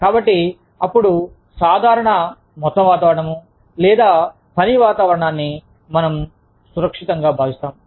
కాబట్టి అప్పుడు సాధారణ మొత్తం వాతావరణం లేదా పని వాతావరణాన్ని మనం సురక్షితంగా భావిస్తాము